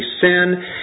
sin